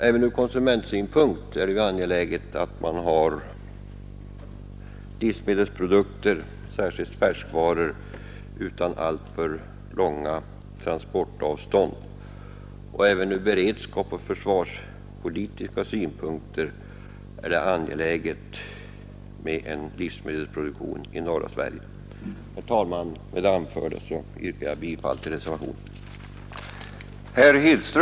Från konsumentsynpunkt är det angeläget att man har tillgång till livsmedelsprodukter, särskilt färskvaror, på inte alltför långa transportavstånd, och även ur beredskapsoch försvarspolitiska synpunkter är det angeläget att ha en livsmedelsproduktion i norra Sverige. Herr talman! Med det anförda yrkar jag bifall till reservationen 2.